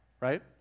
right